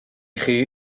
chi